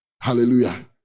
Hallelujah